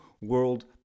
world